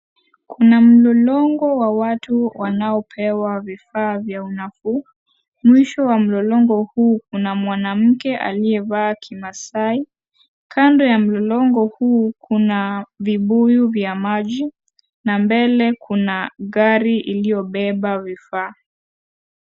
Kuna mlolongo wa watu wanaopewa vifaa vya unafuu, mwisho wa mlolongo huu kuna mwanamke aliyevaa kimaasai, kando ya mlolongo huu kuna vibuyu vya maji na mbele kuna gari iliyobeba vifaa.